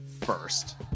first